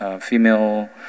Female